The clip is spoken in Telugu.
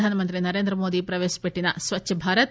ప్రధానమంత్రి నరేందరమోదీ ప్రవేశపెట్టిన స్వచ్చభారత్